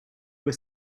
were